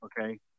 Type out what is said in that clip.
Okay